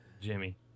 Jimmy